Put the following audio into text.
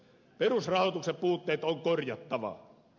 perusrahoituksen puutteet on korjattava